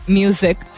music